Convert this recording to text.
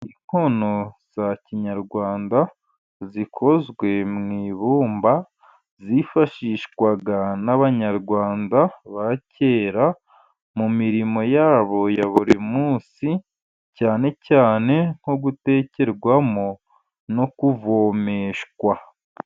Inkono za kinyarwanda zikozwe mu ibumba, zifashishwaga n'abanyarwanda ba kera mu mirimo yabo ya buri munsi, cyane cyane nko gutekerwamo no kuvomeshwa.